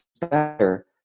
better